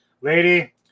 lady